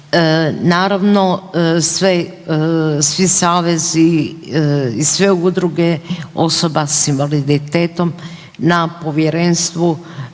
Naravno, sve svi savezi i sve udruge osoba s invaliditetom na povjerenstvu